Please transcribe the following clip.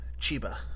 Chiba